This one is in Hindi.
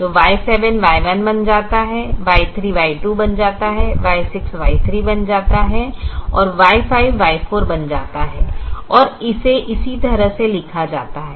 तो Y7 Y1 बन जाता है Y3 Y2 बन जाता है Y6 Y3 बन जाता है Y5 Y4 बन जाता है और इसे इस तरह से फिर से लिखा जाता है